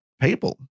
people